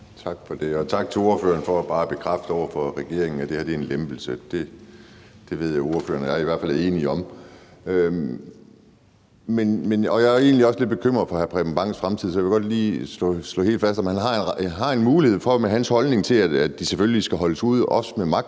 Tak for det, og tak til ordføreren for bare at bekræfte over for regeringen, at det her er en lempelse. Det ved jeg ordføreren og jeg i hvert fald er enige om. Jeg er egentlig også lidt bekymret for hr. Preben Bang Henriksens fremtid, så jeg vil godt lige have slået helt fast, om hr. Preben Bang Henriksen har en mulighed for med hans holdning til, at de selvfølgelig skal holdes ude, også med magt